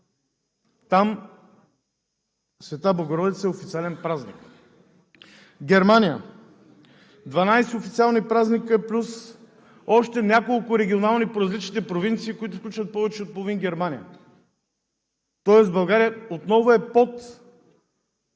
Там Света Богородица е официален празник. В Германия – 12 официални празника плюс още няколко регионални по различните провинции, които включват повече от половин Германия. Тоест България отново е под